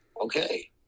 okay